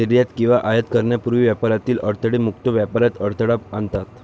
निर्यात किंवा आयात करण्यापूर्वी व्यापारातील अडथळे मुक्त व्यापारात अडथळा आणतात